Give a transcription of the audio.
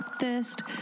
thirst